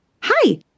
Hi